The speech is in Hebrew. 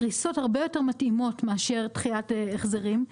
פריסות הרבה יותר מתאימות מאשר דחיית החזרים.